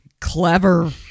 Clever